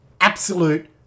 absolute